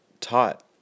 taught